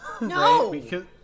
No